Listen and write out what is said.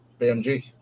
BMG